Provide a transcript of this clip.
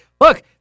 Look